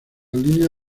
línea